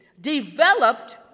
developed